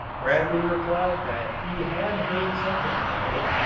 bradley replied that he had heard something about it,